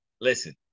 listen